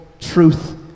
truth